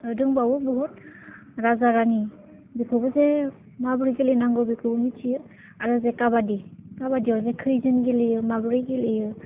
दंबावो बुहुत राजा रानि बेखौबो जे माबोरै गेलेनांगौ बेखौबो मिथियो आरो जे काबादि काबादिया जे खैजोन गेलेयो माबोरै गेलेयो